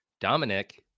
Dominic